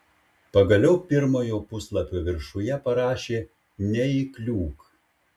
pagaliau pirmojo puslapio viršuje parašė neįkliūk